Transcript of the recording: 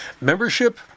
Membership